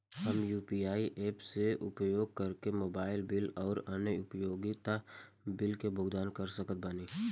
हम UPI apps के उपयोग करके मोबाइल बिल आउर अन्य उपयोगिता बिलन के भुगतान कर सकत बानी